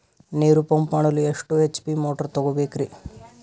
ನೀರು ಪಂಪ್ ಮಾಡಲು ಎಷ್ಟು ಎಚ್.ಪಿ ಮೋಟಾರ್ ತಗೊಬೇಕ್ರಿ?